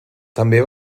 també